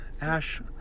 ash